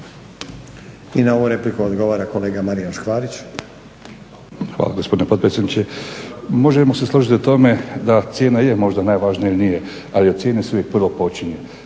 I na ovu repliku odgovara kolega Marijan Škvarić. **Škvarić, Marijan (HNS)** Hvala gospodine potpredsjedniče. Možemo se složiti o tome da cijena je možda najvažnija ili nije, ali od cijene se uvijek prvo počinje.